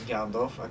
Gandalf